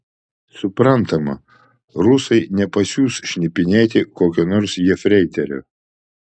suprantama rusai nepasiųs šnipinėti kokio nors jefreiterio